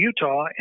Utah